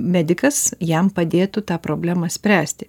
medikas jam padėtų tą problemą spręsti